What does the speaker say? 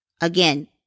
Again